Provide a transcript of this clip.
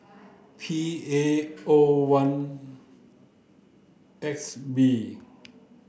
P A O one X B